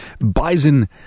Bison